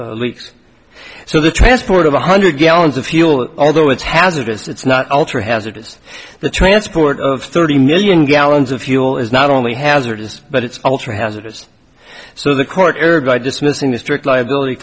of leaks so the transport of one hundred gallons of fuel although it's hazardous it's not ultra hazardous the transport of thirty million gallons of fuel is not only hazardous but it's altering hazardous so the court heard by dismissing the strict liability